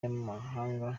y’amahanga